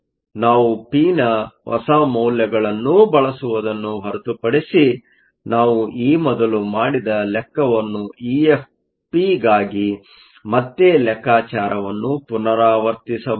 ಆದ್ದರಿಂದನಾವು ಪಿನ ಹೊಸ ಮೌಲ್ಯಗಳನ್ನು ಬಳಸುವುದನ್ನು ಹೊರತುಪಡಿಸಿ ನಾವು ಈ ಮೊದಲು ಮಾಡಿದ ಲೆಕ್ಕವನ್ನು EFp ಗಾಗಿ ಮತ್ತೇ ಲೆಕ್ಕಾಚಾರವನ್ನು ಪುನರಾವರ್ತಿಸಬಹುದು